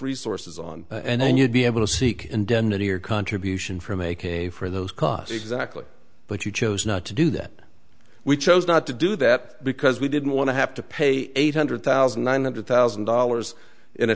resources on and then you'd be able to seek indemnity or contribution from a k for those costs exactly but you chose not to do that we chose not to do that because we didn't want to have to pay eight hundred thousand nine hundred thousand dollars in a